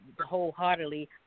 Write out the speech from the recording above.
wholeheartedly